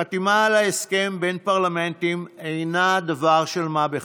חתימה על הסכם בין פרלמנטים אינה דבר של מה בכך,